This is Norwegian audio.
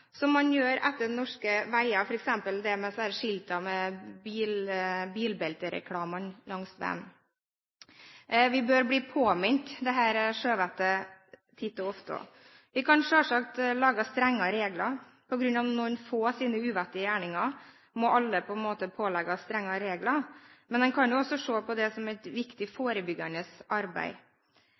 gjør det etter norske veier, f.eks. med skiltene med bilbeltereklame langs veien. Vi bør bli påminnet om sjøvett titt og ofte. Vi kan selvsagt lage strengere regler, slik at alle, på grunn av uvettige gjerninger til noen få, må pålegges strengere regler. Men man kan også se på det som et viktig forebyggende arbeid.